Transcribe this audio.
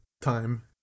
time